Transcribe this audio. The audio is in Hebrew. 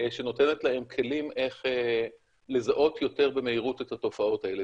שנותנת להם כלים איך לזהות יותר במהירות את התופעות האלה,